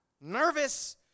nervous